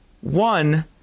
one